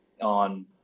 on